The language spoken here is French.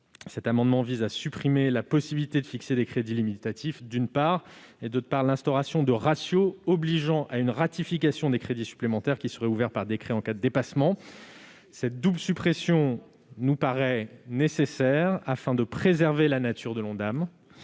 Cet amendement vise à supprimer, d'une part, la possibilité de fixer des crédits limitatifs, et, d'autre part, l'instauration de ratios obligeant à une ratification des crédits supplémentaires qui seraient ouverts par décret en cas de dépassement. Cette double suppression nous paraît nécessaire afin de préserver la nature de l'Ondam,